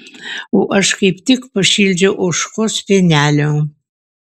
o aš kaip tik pašildžiau ožkos pienelio